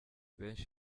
benshi